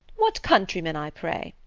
what countryman, i pray?